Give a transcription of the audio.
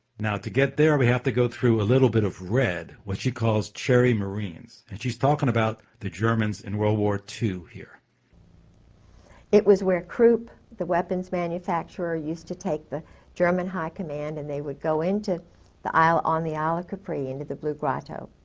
now to get there we have to go through a little bit of red. what she calls cherry marines. and she's talking about the germans in world war two here. kay griggs it was where krupp, the weapons manufacturer, used to take the german high command, and they would go into the isle on the isle of capri into the blue grotto